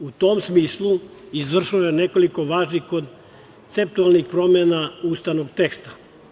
U tom smislu, izvršeno je nekoliko važnih promena ustavnog teksta.